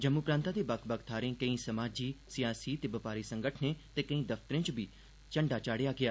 जम्मू प्रांता दे बक्ख बक्ख थाहरें केंई समाजी सियाती ते बपारी संगठनें ते केंई दफ्तरें च बी झंडा चाढ़ेआ गेआ